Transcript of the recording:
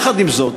יחד עם זאת,